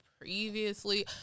previously